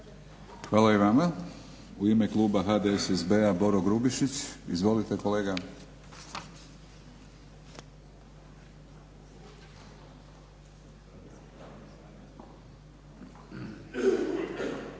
Hvala i vama. U ime kluba HDSSB-a Boro Grubišić. Izvolite kolega.